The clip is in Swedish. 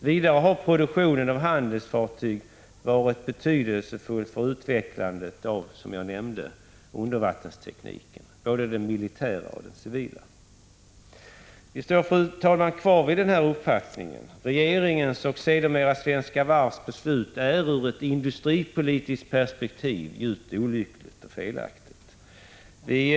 Vidare har produktionen av handelsfartyg varit betydelsefull för utvecklandet av undervattensteknik, både den militära och den civila. Vi står kvar vid den här uppfattningen. Regeringens och sedermera Svenska Varvs beslut är ur ett industripolitiskt perspektiv djupt olyckligt och felaktigt.